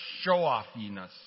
show-offiness